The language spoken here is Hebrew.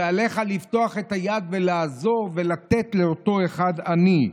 שעליך לפתוח את היד ולעזור ולתת לאותו אחד עני.